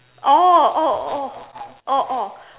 oh oh oh oh oh